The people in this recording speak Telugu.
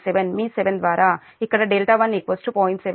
7 మీ 7 ద్వారా ఇక్కడ 1 0